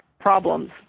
problems